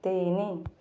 ତିନି